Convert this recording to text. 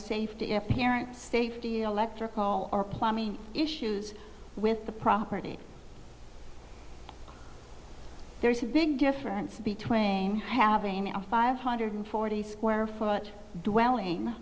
safety if the parent stayed electrical or plumbing issues with the property there's a big difference between having a five hundred forty square foot wehling